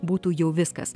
būtų jau viskas